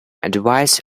advice